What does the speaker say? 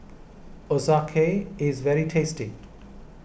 is very tasty